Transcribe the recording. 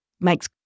makes